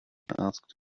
asked